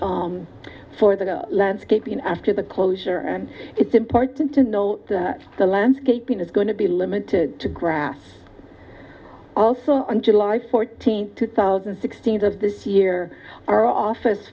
for the landscaping after the closure and it's important to note the landscaping is going to be limited to grass also on july fourteenth two thousand and sixteen of this year our office